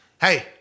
Hey